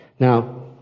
Now